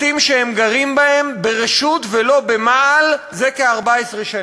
בתים שהם גרים בהם ברשות ולא במעל זה כ-14 שנים.